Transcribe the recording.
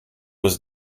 was